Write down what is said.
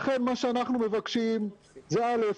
לכן מה שאנחנו מבקשים זה א',